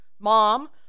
Mom